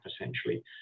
essentially